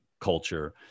culture